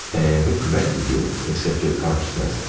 and who prevented you, except your consciousness?